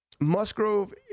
Musgrove